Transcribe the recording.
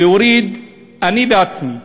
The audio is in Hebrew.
להוריד, אני בעצמי,